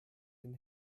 den